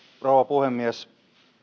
rouva puhemies